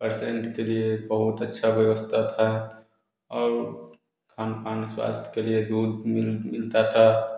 patient के लिए बहुत अच्छा व्यवस्था था और खानपान स्वास्थ्य के लिए दूध मिलता था